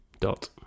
dot